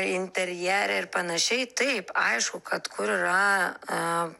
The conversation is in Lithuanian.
interjere ir panašiai taip aišku kad kur yra